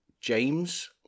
James